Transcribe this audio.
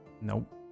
Nope